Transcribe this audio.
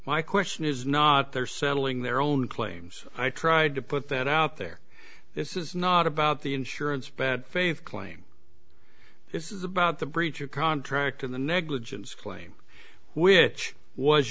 my question is not their settling their own claims i tried to put that out there this is not about the insurance bad faith claim this is about the breach of contract and the negligence claim which was